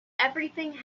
everything